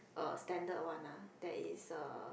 uh standard one ah that is uh